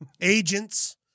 agents